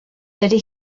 dydy